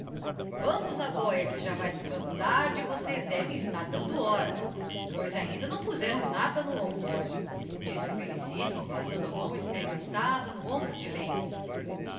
vamos á bóia que já vae ficando tarde e vocês devem estar dando horas pois ainda não puzeram nada no alforge disse felicíssimo passando a mão espreguiçada no hombro de lentz